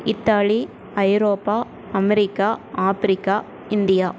Italy Europe America Africa India